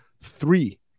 three